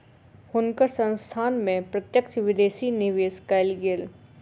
हुनकर संस्थान में प्रत्यक्ष विदेशी निवेश कएल गेल